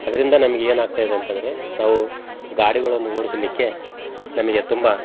ಅದರಿಂದ ನಮ್ಗೆ ಏನಾಗ್ತಾ ಇದೆ ಅಂತಂದರೆ ನಾವು ಗಾಡಿಗಳನ್ನು ಓಡಿಸಲಿಕ್ಕೆ ನಮಗೆ ತುಂಬ